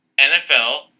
NFL